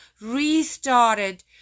restarted